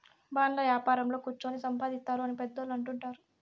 బాండ్ల యాపారంలో కుచ్చోని సంపాదిత్తారు అని పెద్దోళ్ళు అంటుంటారు